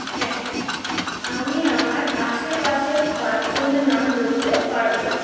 হ্যাঁ আমি আমার আশেপাশের পাঁচজনের নাম বলতে পারব